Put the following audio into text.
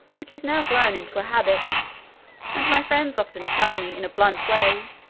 which is now grown into a habit and my friends often tell me, in a blunt way,